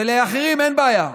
ולאחרים אין בעיה,